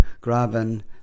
grabbing